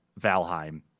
Valheim